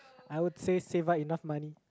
I would say save up enough money